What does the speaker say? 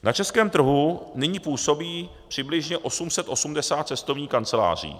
Na českém trhu nyní působí přibližně 880 cestovních kanceláří.